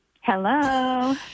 Hello